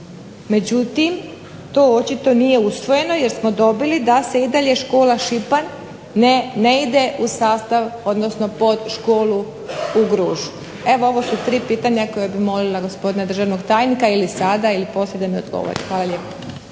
međutim, to očito nije usvojeno jer smo dobili da se i dalje škola Šipan ne ide u sastav odnosno pod školu u Gružu. Evo ovo su tri pitanja koje bih molila gospodina državnog tajnika ili sada ili poslije da mi odgovori. Hvala lijepo.